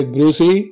Brucey